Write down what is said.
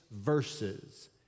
verses